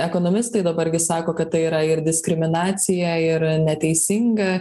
ekonomistai dabar gi sako kad tai yra ir diskriminacija ir neteisinga